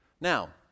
Now